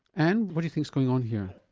and what do you think is going on here?